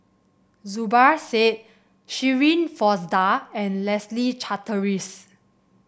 Zubir Said Shirin Fozdar and Leslie Charteris